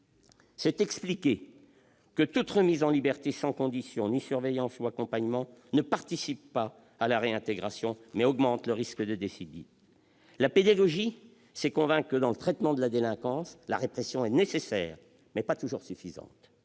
c'est expliquer que toute remise en liberté sans condition, ni surveillance ou accompagnement ne participe pas à la réinsertion mais augmente le risque de récidive. La pédagogie, c'est convaincre que, dans le traitement de la délinquance, la répression est nécessaire, mais pas toujours suffisante.